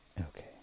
Okay